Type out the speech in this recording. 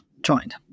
joined